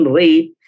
rate